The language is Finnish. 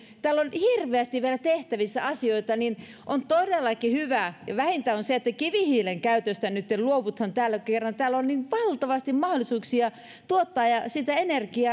täällä on hirveästi vielä tehtävissä asioita ja on todellakin hyvä ja vähintä että kivihiilen käytöstä nyt luovutaan täällä kun kerran täällä on niin valtavasti mahdollisuuksia tuottaa energiaa